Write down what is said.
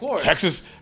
Texas